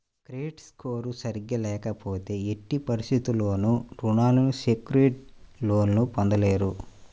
credit score సరిగ్గా లేకపోతే ఎట్టి పరిస్థితుల్లోనూ రుణాలు సెక్యూర్డ్ లోన్లు పొందలేరు